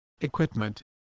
equipment